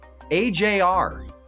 AJR